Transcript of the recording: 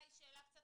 קצת